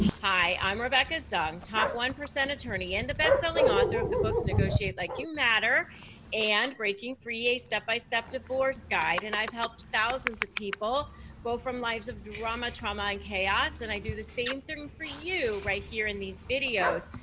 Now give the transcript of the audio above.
hi, i'm rebecca zung, top one percent attorney and the bestselling author of the books negotiate like you matter and breaking free a step-by-step divorce guide, and i've helped thousands of people go from lives of drama, trauma, and chaos, and i do the same thing for you right here in these videos.